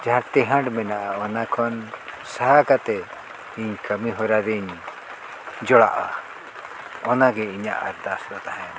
ᱡᱟᱦᱟᱸ ᱴᱮᱦᱟᱸᱰ ᱢᱮᱱᱟᱜᱼᱟ ᱚᱱᱟᱠᱷᱚᱱ ᱥᱟᱦᱟ ᱠᱟᱛᱮ ᱤᱧ ᱠᱟᱹᱢᱤ ᱦᱚᱨᱟ ᱨᱤᱧ ᱡᱚᱲᱟᱜᱼᱟ ᱚᱱᱟᱜᱮ ᱤᱧᱟᱹᱜ ᱟᱨᱫᱟᱥ ᱫᱚ ᱛᱟᱦᱮᱱᱟ